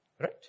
Right